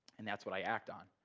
and that's what i act on.